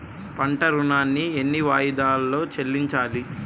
పంట ఋణాన్ని ఎన్ని వాయిదాలలో చెల్లించాలి?